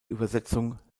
übersetzung